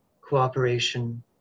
cooperation